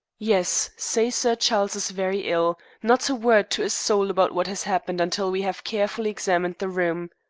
yes say sir charles is very ill. not a word to a soul about what has happened until we have carefully examined the room.